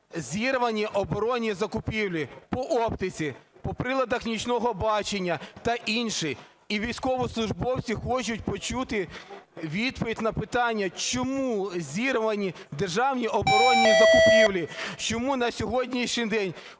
зірвані оборонні закупівлі по оптиці, по приладах нічного бачення та інші. І військовослужбовці хочу почути відповідь на питання: чому зірвані державні оборонні закупівлі; чому на сьогоднішній день